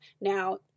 Now